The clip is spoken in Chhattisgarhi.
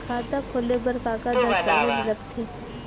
खाता खोले बर का का दस्तावेज लगथे?